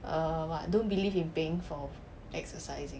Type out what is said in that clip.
err what don't believe in paying for exercising